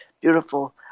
Beautiful